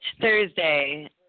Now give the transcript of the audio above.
Thursday